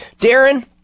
Darren